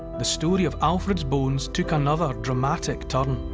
the story of alfred's bones took another dramatic turn.